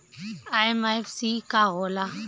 MFC का होला?